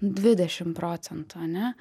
dvidešim procentų ane